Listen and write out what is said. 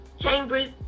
Chambers